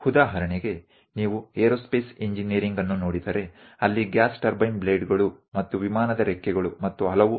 ઉદાહરણ તરીકે જો તમે એરોસ્પેસ એન્જિનિયરિંગ તરફ નજર કરી રહ્યા છો તો ત્યાં ગેસ ટર્બાઇન બ્લેડ અને વિમાનની પાંખો જેવા ઘણા પાસા હશે